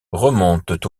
remonte